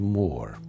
more